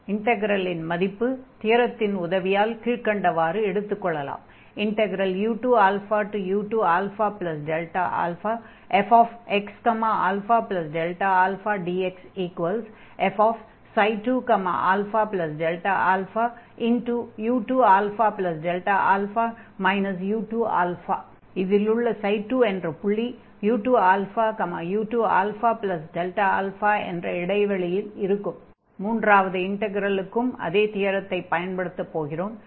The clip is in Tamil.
அந்த இன்டக்ரலின் மதிப்பை தியரத்தின் உதவியால் கீழ்க்கண்டவாறு எடுத்துக் கொள்ளலாம் u2u2αfxαdxf2αΔαu2αΔα u2 ξ2u2u2αΔα அடுத்து மூன்றாவது இன்டக்ரலுக்கும் அதே தியரத்தை பயன்படுத்தப் போகிறோம்